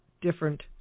Different